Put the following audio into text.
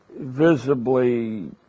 visibly